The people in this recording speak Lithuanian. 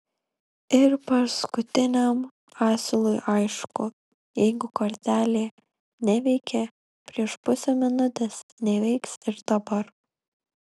ir paskutiniam asilui aišku jeigu kortelė neveikė prieš pusę minutės neveiks ir dabar